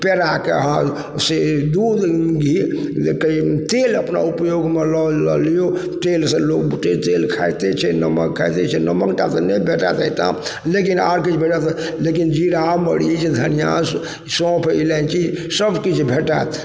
पेराके अहाँ से दूध घीसे तेल अपना उपयोगमे लअ लियौ तेलसँ लोक तेल तऽ खाइते छै नमक खाइते छै नमक टा तऽ नहि भेटत अइ ठाम लेकिन आओर किछु भेटत लेकिन जीरा मरीच धनिया सौँफ इलायची सब किछु भेटत